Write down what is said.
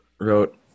wrote